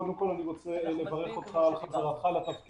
קודם כל אני רוצה לברך אותך על חזרתך לתפקיד.